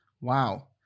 Wow